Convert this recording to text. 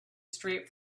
straight